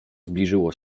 zbliżyło